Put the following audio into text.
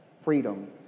freedom